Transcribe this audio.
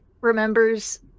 remembers